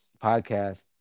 Podcast